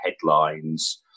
headlines